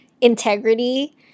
integrity